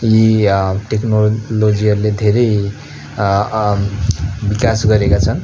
यी टेक्नोलोजीहरूले धेरै विकास गरेका छन्